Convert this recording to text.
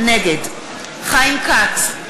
נגד חיים כץ,